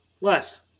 Less